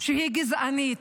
שהיא גזענית,